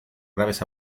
graves